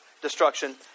Destruction